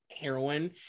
heroin